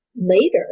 later